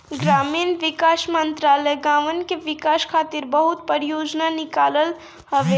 ग्रामीण विकास मंत्रालय गांवन के विकास खातिर बहुते परियोजना निकालत हवे